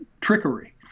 trickery